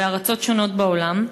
משתמשים בה בארצות שונות בעולם,